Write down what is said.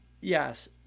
Yes